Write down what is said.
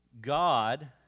God